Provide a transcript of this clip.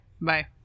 bye